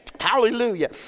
Hallelujah